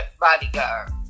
bodyguard